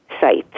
sites